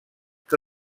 que